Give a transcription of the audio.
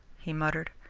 he muttered.